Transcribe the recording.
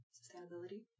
sustainability